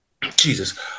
Jesus